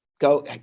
go